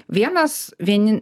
vienas vieni